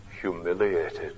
humiliated